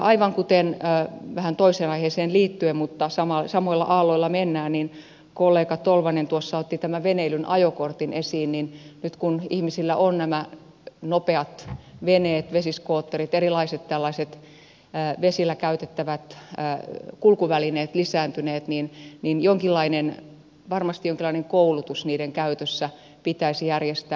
aivan kuten vähän toiseen aiheeseen liittyen mutta samoilla aalloilla mennään kollega tolvanen tuossa otti tämän veneilyn ajokortin esiin nyt kun ihmisillä ovat nämä nopeat veneet vesiskootterit tällaiset erilaiset vesillä käytettävät kulkuvälineet lisääntyneet niin varmasti jonkinlainen koulutus niiden käytöstä pitäisi järjestää